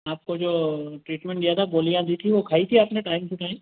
आपको जो ट्रीटमेंट दिया था गोलियाॅं दी थी वो खाई थी आपने टाइम टू टाइम